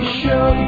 show